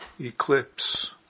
eclipse